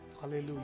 hallelujah